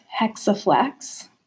Hexaflex